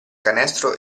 canestro